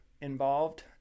involved